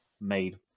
made